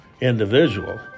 individual